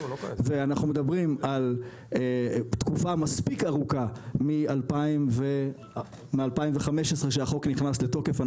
ואנחנו מדברים על תקופה מספיק ארוכה מ-2015 שהחוק נכנס לתוקף,